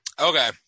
Okay